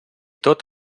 tot